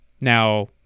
Now